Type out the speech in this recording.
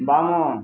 ବାମ